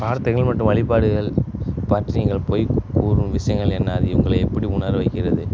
பிரார்த்தனைகள் மற்றும் வழிபாடுகள் பற்றி நீங்கள் பொய் கூறும் விஷயங்கள் என்ன அது உங்களை எப்படி உணர வைக்கிறது